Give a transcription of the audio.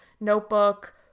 notebook